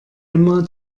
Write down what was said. emma